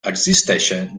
existeixen